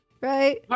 right